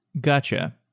Gotcha